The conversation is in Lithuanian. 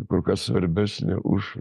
kur kas svarbesnė už